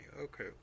Okay